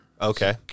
Okay